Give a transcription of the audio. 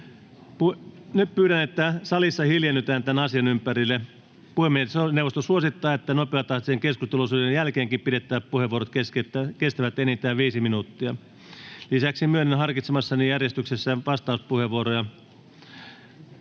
Nyt pyydän, että salissa hiljennytään tämän asian ympärille. — Puhemiesneuvosto suosittaa, että nopeatahtisen keskusteluosuuden jälkeenkin pidettävät puheenvuorot kestävät enintään 5 minuuttia. Lisäksi myönnän harkitsemassani järjestyksessä vastauspuheenvuoroja.